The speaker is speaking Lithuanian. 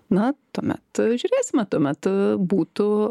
na tuomet žiūrėsime tuomet būtų